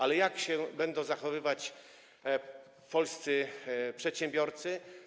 Ale jak się będą zachowywać polscy przedsiębiorcy?